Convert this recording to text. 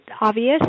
obvious